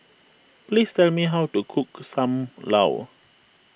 please tell me how to cook Sam Lau